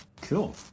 cool